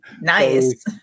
Nice